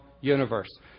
universe